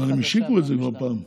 אבל הם השיקו את זה כבר פעם.